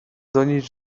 donieść